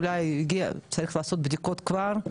אולי צריך לעשות בדיקות כבר,